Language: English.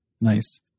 Nice